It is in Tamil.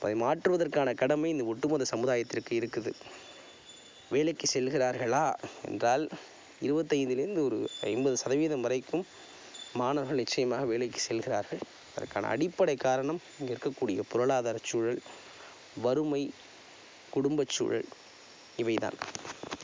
அதை மாற்றுவதற்கான கடமை இந்த ஒட்டுமொத்த சமுதாயத்திற்கு இருக்குது வேலைக்குச் செல்கிறார்களா என்றால் இருபத்தைந்தில் இருந்து ஒரு ஐம்பது சதவீதம் வரைக்கும் மாணவர்கள் நிச்சயமாக வேலைக்குச் செல்கிறார்கள் அதுக்கான அடிப்படைக் காரணம் இங்கே இருக்கக்கூடிய பொருளாதாரச்சூழல் வறுமை குடும்பச்சூழல் இவை தான்